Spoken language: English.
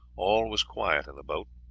all was quiet in the boat.